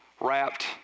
wrapped